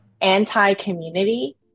anti-community